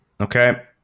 Okay